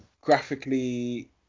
graphically